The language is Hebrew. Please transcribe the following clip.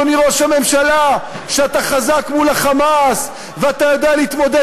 אדוני ראש הממשלה שאתה חזק מול ה"חמאס" ואתה יודע להתמודד